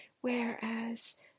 whereas